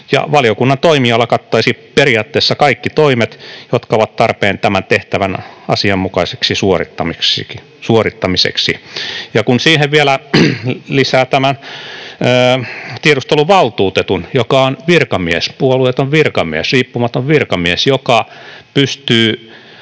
”Valiokunnan toimiala kattaisi periaatteessa kaikki toimet, jotka ovat tarpeen tämän tehtävän asianmukaiseksi suorittamiseksi.” Kun siihen vielä lisää tämän tiedusteluvaltuutetun, joka on virkamies, puolueeton virkamies, riippumaton virkamies, joka pystyy